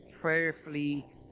prayerfully